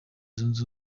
zunze